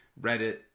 Reddit